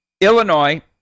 Illinois